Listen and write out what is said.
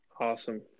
Awesome